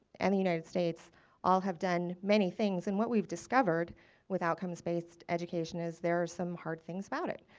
and the united states all have done many things and what we've discovered with outcomes based education is there are some hard things about it.